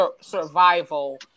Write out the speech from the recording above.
survival